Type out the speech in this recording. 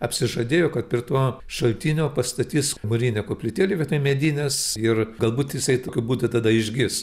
apsižadėjo kad prie to šaltinio pastatys mūrinę koplytėlę vietoj medinės ir galbūt jisai tokiu būdu tada išgis